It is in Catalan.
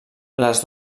les